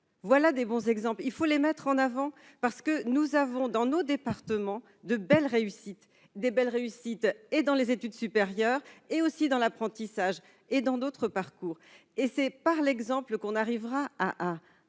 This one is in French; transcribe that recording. voilà des bons exemples, il faut les mettre en avant parce que nous avons dans nos départements de belles réussites des belles réussites et dans les études supérieures et aussi dans l'apprentissage et dans d'autres parcours et c'est par l'exemple qu'on arrivera à à